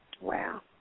Wow